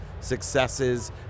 successes